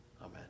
Amen